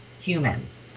humans